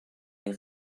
les